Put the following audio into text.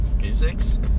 physics